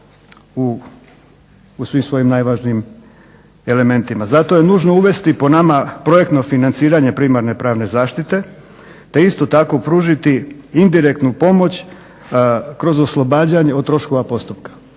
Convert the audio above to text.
u svim svojim najvažnijim elementima. Zato je nužno uvesti po nama projektno financiranje primarne pravne zaštite, te isto tako pružiti indirektnu pomoć kroz oslobađanje od troškova postupka.